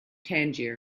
tangier